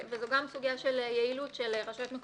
וזו גם סוגיה של היעילות של רשויות מקומיות.